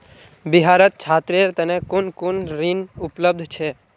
बिहारत छात्रेर तने कुन कुन ऋण उपलब्ध छे